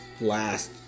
last